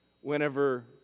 whenever